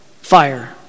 fire